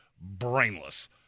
brainless